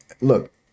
Look